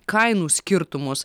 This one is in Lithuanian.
kainų skirtumus